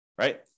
right